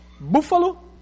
buffalo